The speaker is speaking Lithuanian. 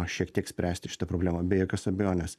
šiek tiek spręsti šitą problemą be jokios abejonės